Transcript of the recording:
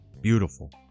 Beautiful